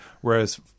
Whereas